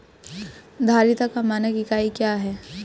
धारिता का मानक इकाई क्या है?